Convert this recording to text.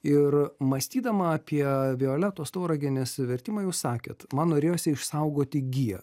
ir mąstydama apie violetos tauragienės vertimą jūs sakėt man norėjosi išsaugoti giją